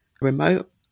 remote